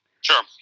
Sure